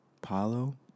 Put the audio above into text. Palo